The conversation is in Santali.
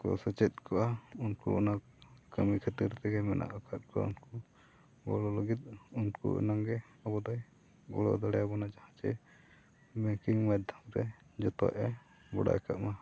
ᱠᱚ ᱥᱮᱪᱮᱫ ᱠᱚᱜᱼᱟ ᱩᱱᱠᱩ ᱚᱱᱟ ᱠᱟᱹᱢᱤ ᱠᱷᱟᱹᱛᱤᱨ ᱛᱮᱜᱮ ᱢᱮᱱᱟᱜ ᱟᱠᱟᱫ ᱠᱚᱣᱟ ᱩᱱᱠᱩ ᱜᱚᱲᱚ ᱞᱟᱹᱜᱤᱫ ᱩᱱᱠᱩ ᱮᱱᱟᱝᱜᱮ ᱟᱵᱚ ᱫᱚᱭ ᱜᱚᱲᱚ ᱫᱟᱲᱮᱭᱟᱵᱚᱱᱟ ᱡᱟᱦᱟᱸ ᱪᱮ ᱵᱮᱝᱠᱤᱝ ᱢᱟᱫᱽᱫᱷᱚᱢ ᱨᱮ ᱡᱚᱛᱚ ᱮ ᱵᱟᱲᱟ ᱠᱟᱜᱼᱢᱟ